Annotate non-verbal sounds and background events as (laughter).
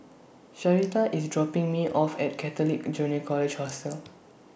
Sharita IS dropping Me off At Catholic Junior College Hostel (noise)